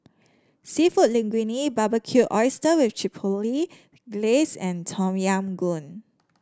seafood Linguine Barbecued Oysters with Chipotle Glaze and Tom Yam Goong